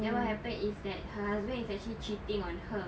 then what happened is that her husband is actually cheating on her